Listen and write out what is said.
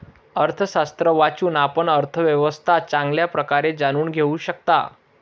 अर्थशास्त्र वाचून, आपण अर्थव्यवस्था चांगल्या प्रकारे जाणून घेऊ शकता